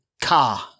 car